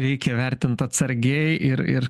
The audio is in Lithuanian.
reikia vertint atsargiai ir ir